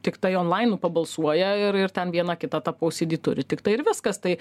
tiktai online pabalsuoja ir ten vieną kitą posėdį turi tiktai ir viskas tai